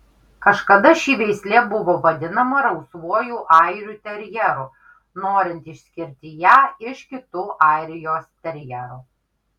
kažkada ši veislė buvo vadinama rausvuoju airių terjeru norint išskirti ją iš kitų airijos terjerų